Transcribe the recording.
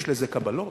יש לזה קבלות?